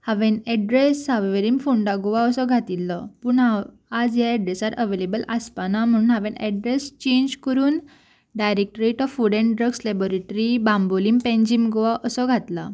हांवें एड्रेस सावंयवेरेम फोंडा गोवा असो घातिल्लो पूण हांव आज ह्या एड्रेसार अवेलेबल आसपाना म्हणून हांवें एड्रेस चेंज करून directorate of food and drugs laboratory Bambolim Panjim Goa असो घातला